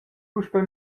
puspei